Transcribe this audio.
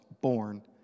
born